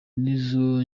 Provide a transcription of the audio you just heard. nizo